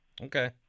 Okay